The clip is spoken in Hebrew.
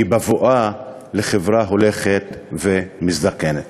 היא בבואה לחברה הולכת ומזדקנת.